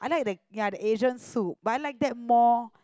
like the ya the Asian soup but I like that more